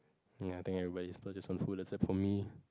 ya I think everyone splurges on some food except for me